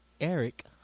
Eric